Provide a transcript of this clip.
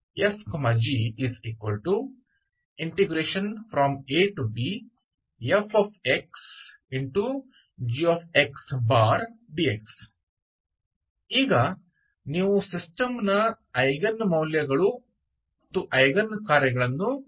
⟨f g⟩abfxg dx ಈಗ ನೀವು ಸಿಸ್ಟಮ್ನ ಐಗನ್ ಮೌಲ್ಯಗಳು ಮತ್ತು ಐಗನ್ ಕಾರ್ಯಗಳನ್ನು ಕಂಡುಹಿಡಿಯಬೇಕು